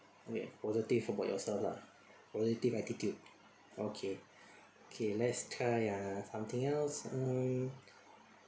positive about yourself lah positive attitude okay okay let's try uh something else mm